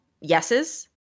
yeses